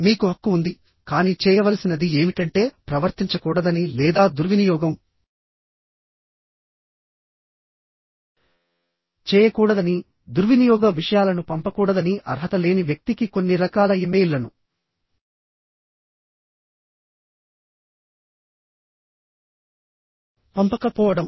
మీకు హక్కు ఉందికానీ చేయవలసినది ఏమిటంటే ప్రవర్తించకూడదని లేదా దుర్వినియోగం చేయకూడదని దుర్వినియోగ విషయాలను పంపకూడదని అర్హత లేని వ్యక్తికి కొన్ని రకాల ఇమెయిల్లను పంపకపోవడం